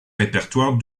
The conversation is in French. répertoire